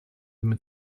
mit